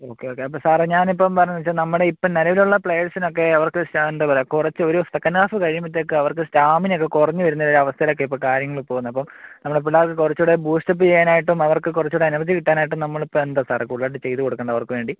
okay okay അപ്പോൾ സാറേ ഞാനിപ്പം പറയുന്നു എന്ന് വച്ചാൽ നമ്മുടെയിപ്പം നിലവിലുള്ള പ്ലേയെർസിനൊക്കെ അവർക്കൊരു എന്താ പറയുക കുറച്ച് ഒരു സെക്കൻ്റ് ഹാഫ് കഴിയുമ്പോഴത്തേക്ക് അവർക്ക് സ്റ്റാമിനയൊക്കെ കുറഞ്ഞു വരുന്നൊരു അവസ്ഥയിലേക്കാണ് ഇപ്പോൾ കാര്യങ്ങൾ പോകുന്നത് അപ്പോൾ നമ്മുടെ പിള്ളാർക്ക് കുറച്ചുകൂടി ബൂസ്റ്റപ്പ് ചെയ്യാനായിട്ടും അവർക്ക് കുറച്ചുകൂടി എനർജി കിട്ടാനായിട്ടും നമ്മളിപ്പോൾ എന്താ സാറേ കൂടുതലായിട്ട് ചെയ്തുകൊടുക്കേണ്ടത് അവർക്ക് വേണ്ടി